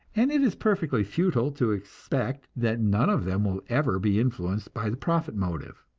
and it is perfectly futile to expect that none of them will ever be influenced by the profit motive.